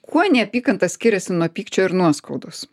kuo neapykanta skiriasi nuo pykčio ir nuoskaudos